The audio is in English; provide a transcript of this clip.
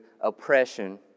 oppression